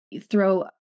throw